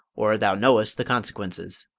or thou knowest the consequences.